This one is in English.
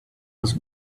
was